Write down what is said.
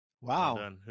Wow